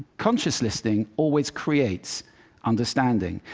conscious listening always creates understanding,